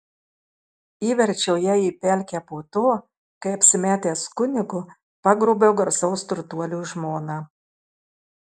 įverčiau ją į pelkę po to kai apsimetęs kunigu pagrobiau garsaus turtuolio žmoną